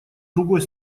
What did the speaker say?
другой